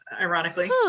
ironically